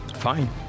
Fine